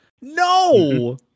No